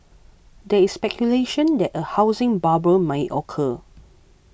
there is speculation that a housing bubble may occur